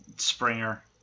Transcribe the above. Springer